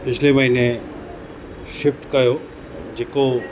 पिछले महीने शिफ़्ट कयो जेको